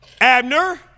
Abner